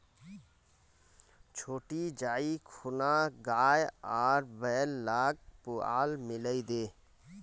छोटी जाइ खूना गाय आर बैल लाक पुआल मिलइ दे